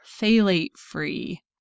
phthalate-free